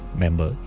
member